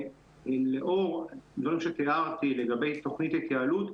לאור דברים שתיארתי לגבי תוכנית התייעלות,